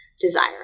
desire